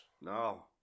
No